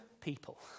people